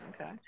Okay